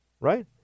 Right